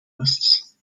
lists